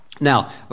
Now